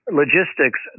logistics